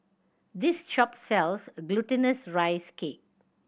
this shop sells Glutinous Rice Cake